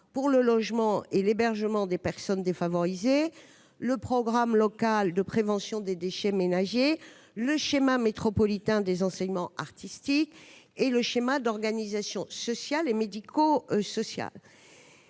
pour le logement et l'hébergement des personnes défavorisées, le programme local de prévention des déchets ménagers et assimilés, le schéma métropolitain des enseignements artistiques, le schéma d'organisation sociale et médico-sociale.